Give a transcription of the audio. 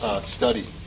study